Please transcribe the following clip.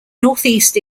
northeast